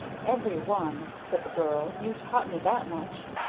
every one, said the girl. you taught me that much.